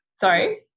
Sorry